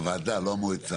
הוועדה, לא המועצה.